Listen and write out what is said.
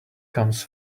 comes